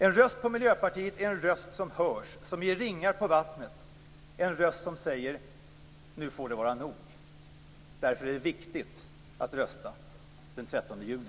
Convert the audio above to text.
En röst på Miljöpartiet är en röst som hörs, som ger ringar på vattnet - en röst som säger: Nu får det vara nog. Därför är det viktigt att rösta den 13 juni.